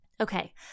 Okay